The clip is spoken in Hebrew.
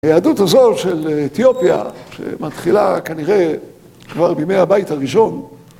היהדות הזו של אתיופיה, שמתחילה כנראה כבר בימי הבית הראשון,